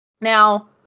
Now